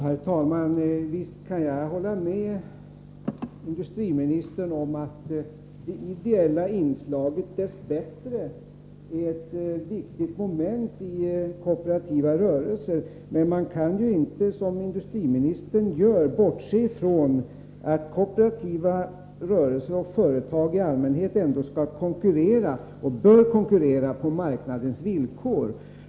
Herr talman! Visst kan jag hålla med industriministern om att det ideella inslaget, dess bättre, är ett viktigt moment i kooperativa rörelser. Men man kan inte, som industriministern gör, bortse från att kooperativa rörelser och företag i allmänhet ändå skall — och bör — konkurrera på marknadens villkor.